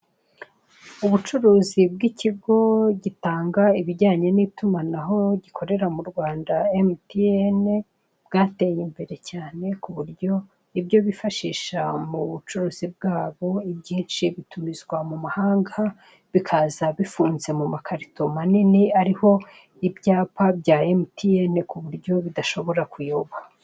Ubucuruzi bw'ikigo gitanga ibijyanye n'itumanaho gikorera mu Rwanda MTN, bwateye imbere cyane kuburyo, ibyo bifashisha mu bucuruzi bwabo ibyinshi bitumizwa mu mahanga, bikaza bifunze mu makarito manini ariho ibyapa bya MTN, kuburyo bidashobora kuyoba.